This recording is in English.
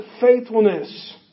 faithfulness